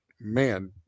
man